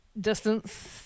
distance